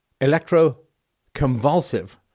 electroconvulsive